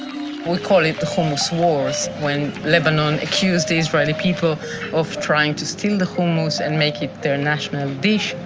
we call it the hummus wars. when lebanon accused the israeli people of trying to steal the hummus and make it their national dish,